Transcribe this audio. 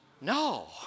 no